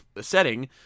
setting